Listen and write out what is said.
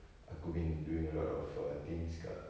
aku been doing a lot of err things kat